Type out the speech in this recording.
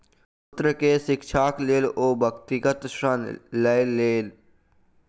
पुत्र के शिक्षाक लेल ओ व्यक्तिगत ऋण लय लेलैन